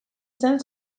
zen